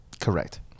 Correct